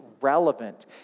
relevant